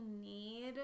need